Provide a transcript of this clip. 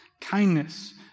kindness